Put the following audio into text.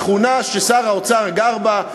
השכונה ששר האוצר גר בה,